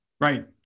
Right